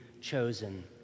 chosen